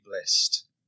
blessed